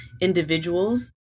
individuals